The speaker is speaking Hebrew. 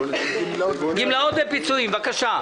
גמלאות ופיצויים, בבקשה.